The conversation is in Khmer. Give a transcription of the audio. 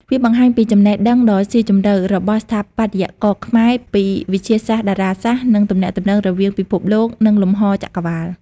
វាបង្ហាញពីចំណេះដឹងដ៏ស៊ីជម្រៅរបស់ស្ថាបត្យករខ្មែរពីវិទ្យាសាស្ត្រតារាសាស្ត្រ និងទំនាក់ទំនងរវាងពិភពលោក និងលំហរចក្រវាឡ